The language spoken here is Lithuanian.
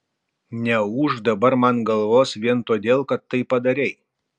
neūžk dabar man galvos vien todėl kad tai padarei